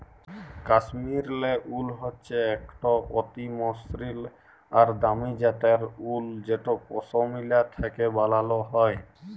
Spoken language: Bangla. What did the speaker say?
কাশ্মীরলে উল হচ্যে একট অতি মসৃল আর দামি জ্যাতের উল যেট পশমিলা থ্যাকে ব্যালাল হয়